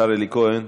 השר אלי כהן,